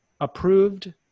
approved